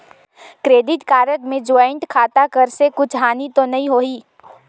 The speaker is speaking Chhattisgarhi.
क्रेडिट कारड मे ज्वाइंट खाता कर से कुछ हानि तो नइ होही?